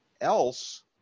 else